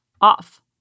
off